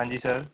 ਹਾਂਜੀ ਸਰ